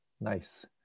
nice